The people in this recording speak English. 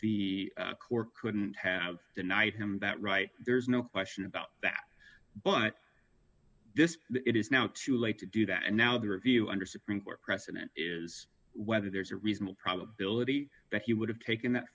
the court couldn't have denied him that right there's no question about that but this it is now too late to do that and now the review under supreme court precedent is whether there's a reasonable probability that he would have taken that